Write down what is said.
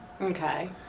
Okay